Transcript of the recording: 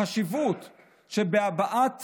החשיבות שבהבאת